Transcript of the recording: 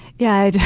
yeah, yeah